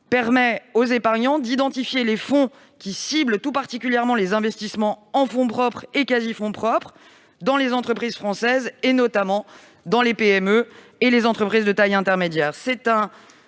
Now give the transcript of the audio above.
permet aux épargnants d'identifier les fonds qui ciblent tout particulièrement les investissements en fonds propres et quasi-fonds propres, dans les entreprises françaises, notamment dans les PME et les entreprises de taille intermédiaire.